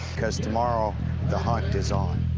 because tomorrow the hunt is um